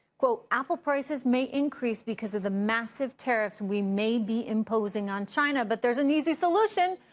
apple prices may increase because of the massive tariffs we may be imposing on china but there is an easy solution.